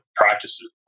practices